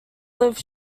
lived